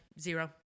Zero